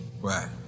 Right